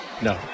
No